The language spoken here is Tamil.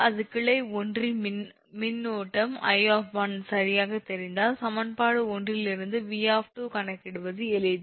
அது கிளை 1 இன் மின்னோட்டம் 𝐼 சரியாக தெரிந்தால் சமன்பாடு 1 இலிருந்து 𝑉 கணக்கிடுவது எளிது